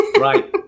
right